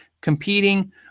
competing